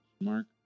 Mark